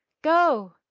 go,